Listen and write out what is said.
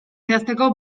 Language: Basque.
idazteko